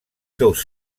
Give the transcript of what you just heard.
seus